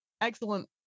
Excellent